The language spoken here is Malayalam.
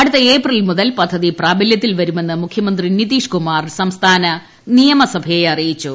അടുത്ത ഏപ്രിൽ മുതൽ പദ്ധതി പ്രാബല്യത്തിൽ വരുമെന്ന് മുഖ്യമന്ത്രി നിതീഷ്കുമാർ സംസ്ഥാന നിയമസഭയെ അറിയിച്ചു